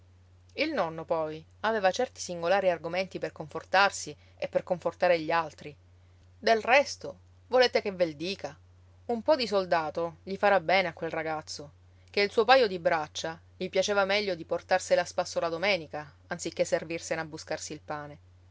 il nonno poi aveva certi singolari argomenti per confortarsi e per confortare gli altri del resto volete che vel dica un po di soldato gli farà bene a quel ragazzo ché il suo paio di braccia gli piaceva meglio di portarsele a spasso la domenica anziché servirsene a buscarsi il pane